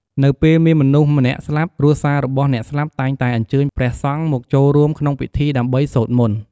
នៅពេលមានមនុស្សម្នាក់ស្លាប់ គ្រួសាររបស់អ្នកស្លាប់តែងតែអញ្ជើញព្រះសង្ឃមកចូលរួមក្នុងពិធី ដើម្បីសូត្រមន្ត។